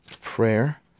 prayer